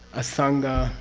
asanga,